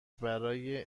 برای